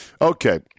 Okay